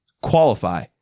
qualify